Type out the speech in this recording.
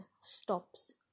stops